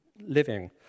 living